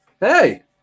hey